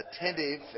attentive